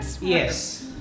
Yes